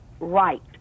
right